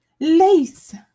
Lace